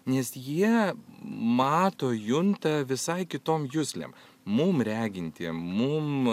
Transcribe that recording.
nes jie mato junta visai kitom juslėm mum regintiem mum